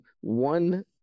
one